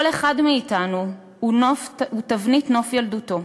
כל אחד מאתנו הוא תבנית נוף ילדותו,